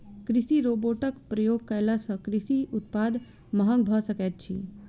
कृषि रोबोटक प्रयोग कयला सॅ कृषि उत्पाद महग भ सकैत अछि